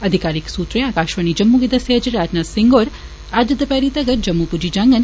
अधिकारिक सुत्तरें आकाशवाणी जम्मू गी दस्सेआ जे राजनाथ सिंह होर अज्ज दपैह्री तक्कर जम्मू पुज्जी जाङन